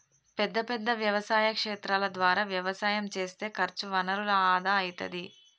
పెద్ద పెద్ద వ్యవసాయ క్షేత్రాల ద్వారా వ్యవసాయం చేస్తే ఖర్చు వనరుల ఆదా అయితది